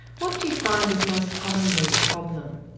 what do you find is most commonly the problem?